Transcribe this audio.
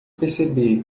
perceber